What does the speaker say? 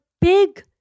big